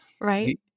right